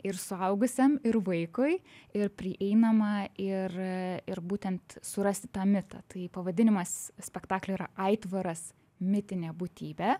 ir suaugusiam ir vaikui ir prieinama ir ir būtent surasti tą mitą tai pavadinimas spektaklio yra aitvaras mitinė būtybė